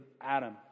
Adam